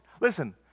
Listen